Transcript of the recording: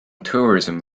tourism